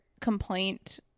complaint